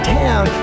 town